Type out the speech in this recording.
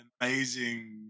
amazing